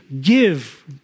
give